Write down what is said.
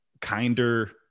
kinder